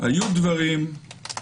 היו דברים,